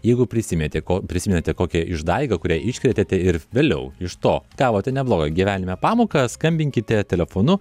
jeigu prisimetė ko prisimenate kokią išdaigą kurią iškrėtėte ir vėliau iš to gavote neblogą gyvenime pamoką skambinkite telefonu